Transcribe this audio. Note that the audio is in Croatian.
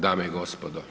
Dame i gospodo.